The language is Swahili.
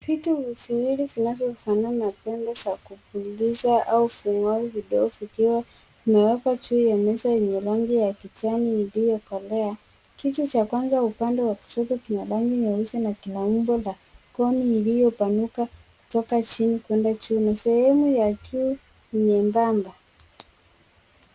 Vitu viwili vinavyofanana na pembe za kupuliza au funeli vidogo vikiwa vimewekwa juu ya meza yenye rangi ya kijani iliyokolea. Kitu cha kwanza upande wa kushoto kina rangi nyeusi na kina umbo la koni iliyopanuka kutoka chini kwenda juu. Na sehemu ya juu ni nyembamba.